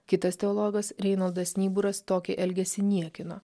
kitas teologas reinoldas nyburas tokį elgesį niekino